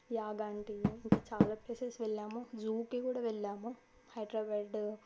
యాగంటి ఇంకా చాలా ప్లేసెస్ వెళ్ళాము జూకి కూడా వెళ్ళాము హైదరాబాద్